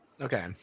Okay